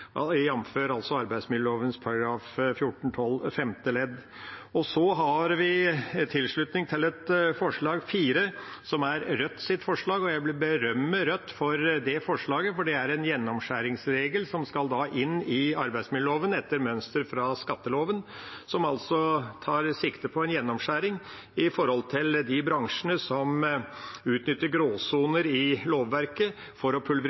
femte ledd. Så slutter vi oss til forslag nr. 4 i Dokument-forslaget fra Rødt. Jeg vil berømme Rødt for det forslaget, for det er en gjennomskjæringsregel som skal inn i arbeidsmiljøloven etter mønster fra skatteloven. Det tar sikte på en gjennomskjæring opp mot de bransjene som utnytter gråsoner i lovverket for å